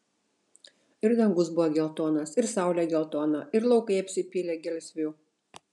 ir dangus buvo geltonas ir saulė geltona ir laukai apsipylė gelsviu